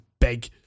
big